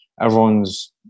everyone's